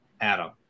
Adam